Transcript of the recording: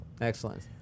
Excellent